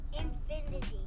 Infinity